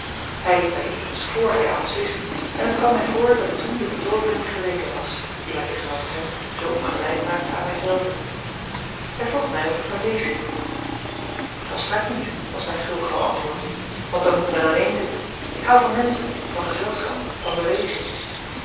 hij liet mij niet los vr hij alles wist en het kwam mij voor dat toen de betoovering geweken was die mij tegenover hem zoo ongelijk maakte aan mij zelve hij vroeg mij of ik van lezen hield volstrekt niet was mijn gulgauw antwoord want dan moet men alleen zitten ik houd van menschen van gezelschap van beweging